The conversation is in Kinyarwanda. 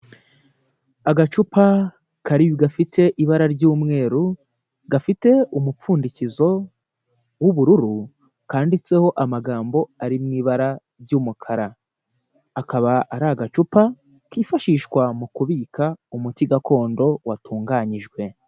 Agacupa kari gafite ibara ry'umweru gafite umupfundikizo w'ubururu kanditseho amagambo ari mu ibara ry'umukara, akaba ari agacupa kifashishwa mu kubika umuti gakondo watunganyijwe.